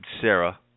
Sarah